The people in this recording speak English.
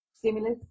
stimulus